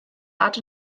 art